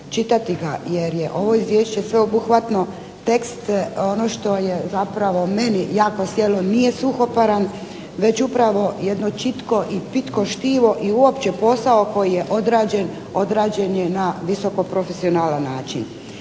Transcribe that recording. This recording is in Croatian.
čitati ga, jer je ovo izvješće sveobuhvatno, tekst ono što je zapravo meni jako sjelo nije suhoparan, već upravo jedno čitko i pitko štivo i uopće posao koji je odrađen, odrađen je na visoko profesionalan način.